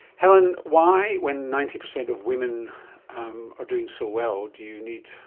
helen, why when ninety percent of women um are doing so well do you need,